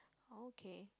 okay